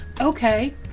Okay